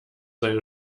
seine